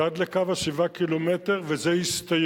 זה עד לקו 7 הקילומטר, וזה הסתיים.